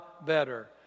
better